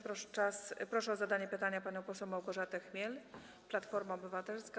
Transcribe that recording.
Proszę o zadanie pytania panią poseł Małgorzatę Chmiel, Platforma Obywatelska.